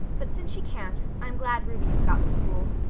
but since she can't i'm glad ruby has got the school.